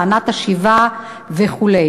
טענת השיבה וכו'.